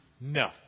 No